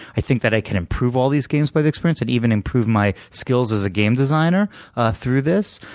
i think that i can improve all these games by the experience, and even improve my skills as a game designer through this.